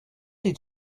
did